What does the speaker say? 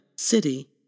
city